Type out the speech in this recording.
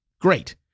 great